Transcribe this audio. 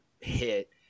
hit